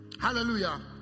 Hallelujah